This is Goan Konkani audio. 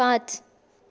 पांच